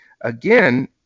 again